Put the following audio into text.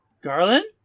Garland